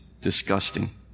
disgusting